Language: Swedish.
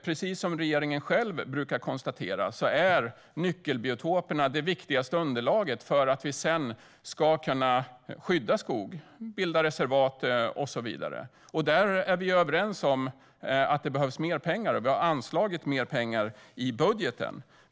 Precis som regeringen själv brukar konstatera är nyckelbiotoperna det viktigaste underlaget för att vi sedan ska kunna skydda skog genom att bilda reservat och så vidare. Där är vi överens om att det behövs mer pengar, och vi har anslagit mer pengar i budgeten.